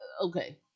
okay